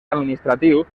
administratiu